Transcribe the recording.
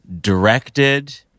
directed